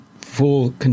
full